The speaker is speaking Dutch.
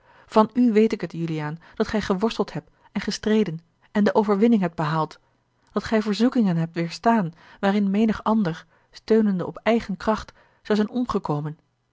van u weet ik het juliaan dat gij geworsteld hebt en gestreden en de overwinning hebt behaald dat gij verzoekingen hebt weêrstaan waarin menig ander steunende op eigen kracht zou zijn